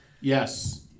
Yes